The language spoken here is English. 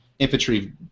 infantry